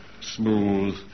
smooth